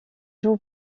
joue